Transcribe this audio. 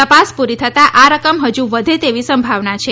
તપાસ પૂરી થતા આ રકમ હજી વધે તેવી સંભાવના છે